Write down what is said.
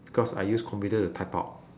because I use computer to type out